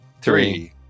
Three